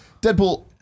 Deadpool